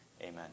Amen